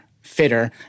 fitter